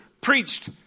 preached